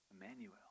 Emmanuel